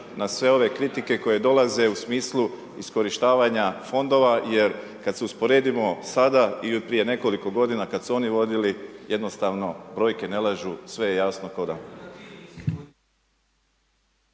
na sve ove kritike koje dolaze u smislu iskorištavanja fondova jer kad se usporedimo sada i od prije nekoliko godina kad su oni vodili jednostavno brojke ne lažu, sve je jasno ko dan.